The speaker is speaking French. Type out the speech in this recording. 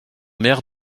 maire